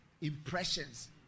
impressions